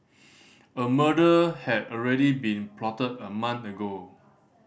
a murder had already been plotted a month ago